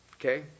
okay